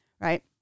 right